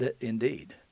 Indeed